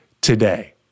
today